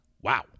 Wow